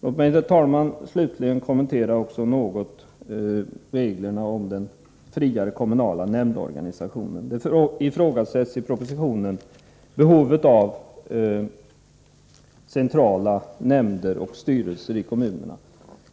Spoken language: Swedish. Låt mig slutligen också något kommentera reglerna om den friare kommunala nämndorganisationen. I propositionen ifrågasätts behovet av centrala nämnder och styrelser i kommunerna.